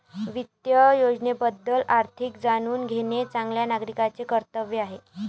वित्त योजनेबद्दल अधिक जाणून घेणे चांगल्या नागरिकाचे कर्तव्य आहे